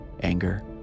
anger